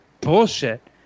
bullshit